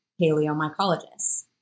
paleomycologists